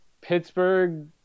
Pittsburgh